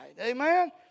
Amen